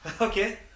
Okay